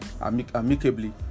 amicably